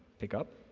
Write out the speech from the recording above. pick up,